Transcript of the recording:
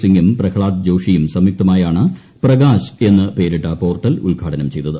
സിങ്ങും പ്രഹ്ളാദ് ജോഷിയും സംയുക്തമായാണ് പ്രകാശ് എന്ന പേരിട്ട പോർട്ടൽ ഉദ്ഘാടനം ചെയ്തത്